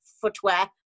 footwear